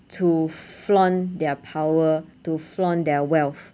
to flaunt their power to flaunt their wealth